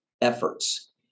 efforts